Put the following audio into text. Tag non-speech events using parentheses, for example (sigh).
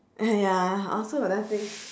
(laughs) ya I also got nothing